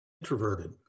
introverted